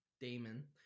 Damon